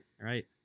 right